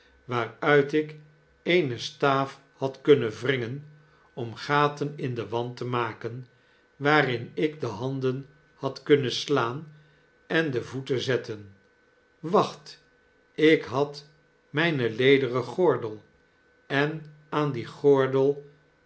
waaruit ik eene staaf had kunnen wringen om gaten in den wand te maken waarin ik de handen had kunnen slaan en de voeten zetten wacht ik had myn lederen gordel en aan dien gordel